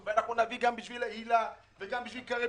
ואנחנו נביא גם בשביל היל"ה וגם בשביל קרב,